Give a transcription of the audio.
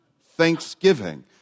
Thanksgiving